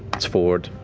it's fjord,